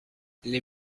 les